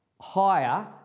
higher